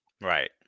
Right